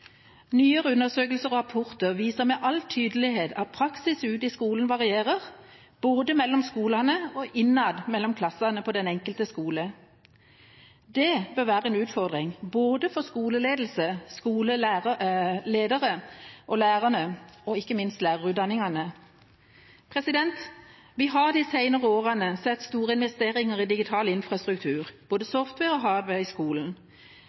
Nyere undersøkelser og rapporter viser med all tydelighet at praksis ute i skolene varierer, både mellom skolene og innad mellom klassene på den enkelte skole. Det bør være en utfordring for både skoleledelse, skoleledere, lærere og ikke minst lærerutdannere. Vi har de senere årene sett store investeringer i digital infrastruktur, i både software og hardware i skolen.